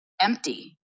empty